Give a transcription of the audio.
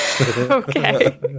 okay